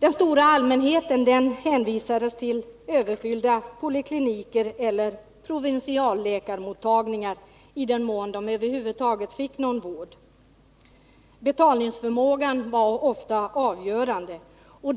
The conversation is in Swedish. Den stora allmänheten hänvisades till överfyllda polikliniker eller till provinsialläkarmottagningar, i den mån de över huvud taget fick någon vård. Betalningsförmågan var ofta avgörande.